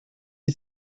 you